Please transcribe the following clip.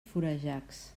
florejacs